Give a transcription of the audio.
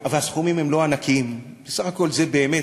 והסכומים הם לא ענקיים, בסך הכול זה באמת